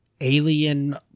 alien